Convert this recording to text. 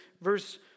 verse